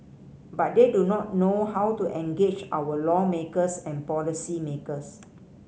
but they do not know how to engage our lawmakers and policymakers